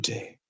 Day